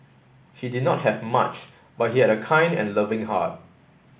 he did not have much but he had a kind and loving heart